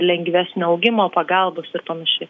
lengvesnio augimo pagalbos ir panašiai